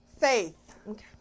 Faith